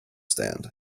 stand